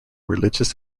religious